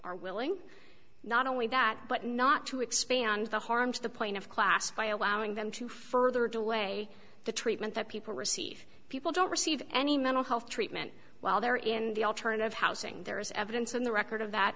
are willing not only that but not to expand the harm to the plaintiff class by allowing them to further delay the treatment that people receive people don't receive any mental health treatment while they're in the alternative housing there is evidence in the record of that